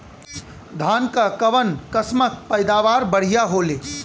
धान क कऊन कसमक पैदावार बढ़िया होले?